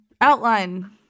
outline